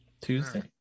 Tuesday